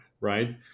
right